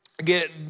get